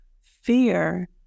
fear